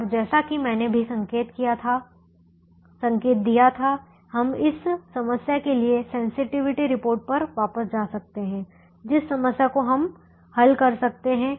और जैसा कि मैंने भी संकेत दिया था हम इस समस्या के लिए सेंसटिविटी रिपोर्ट पर वापस जा सकते हैं जिस समस्या को हम हल कर रहे हैं